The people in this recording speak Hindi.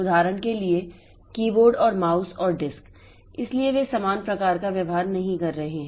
उदाहरण के लिए कीबोर्ड और माउस और डिस्क इसलिए वे समान प्रकार का व्यवहार नहीं कर रहे हैं